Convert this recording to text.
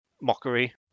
mockery